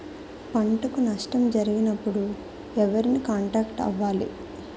పంటకు నష్టం జరిగినప్పుడు ఎవరిని కాంటాక్ట్ అవ్వాలి?